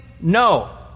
No